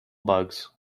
bugs